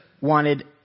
wanted